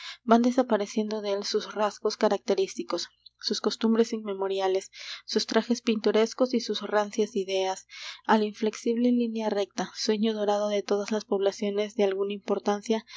van desapareciendo de él sus rasgos característicos sus costumbres inmemoriales sus trajes pintorescos y sus rancias ideas á la inflexible línea recta sueño dorado de todas las poblaciones de alguna importancia